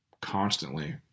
constantly